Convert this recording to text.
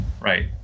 Right